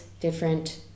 different